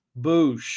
Boosh